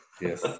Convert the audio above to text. Yes